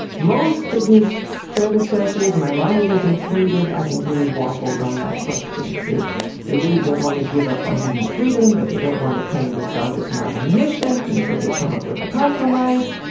most of his predecessors, maimonides included, i think really waffled on that question. they they really don't want to give up on human freedom, but they don't want to claim that god is not omniscient, and so they come up with a compromise.